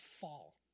fall